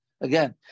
Again